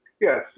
Yes